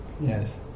Yes